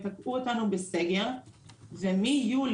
ותקעו אותנו בסגר ומיולי,